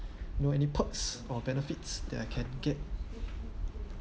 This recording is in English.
you know any perks or benefits that I can get